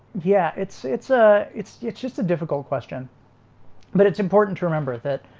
yeah, it's it's a it's it's just a difficult question but it's important to remember that